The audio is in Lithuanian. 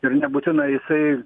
ir nebūtinai jisai